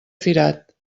firat